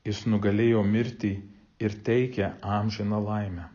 jis nugalėjo mirtį ir teikia amžiną laimę